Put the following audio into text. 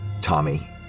Tommy